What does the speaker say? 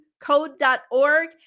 Code.org